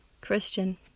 Christian